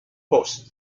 post